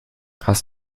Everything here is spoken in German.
hast